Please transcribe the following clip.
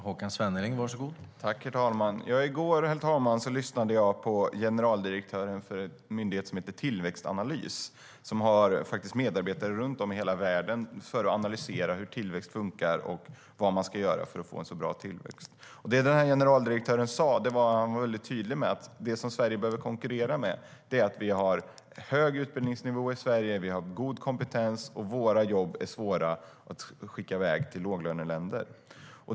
Herr talman! I går lyssnade jag på generaldirektören för en myndighet som heter Tillväxtanalys, som har medarbetare runt om i världen som analyserar hur tillväxt funkar och vad man ska göra för att få en så bra tillväxt som möjligt. Han var väldigt tydlig med att vad Sverige bör konkurrera med är hög utbildningsnivå och god kompetens - våra jobb är svåra att flytta till låglöneländer.